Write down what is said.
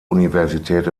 universität